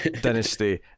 dynasty